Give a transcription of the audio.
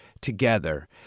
together